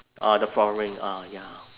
ah the flooring ah ya